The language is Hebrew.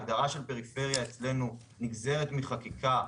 ההגדרה של פריפריה אצלנו נגזרת מחקיקה,